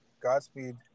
Godspeed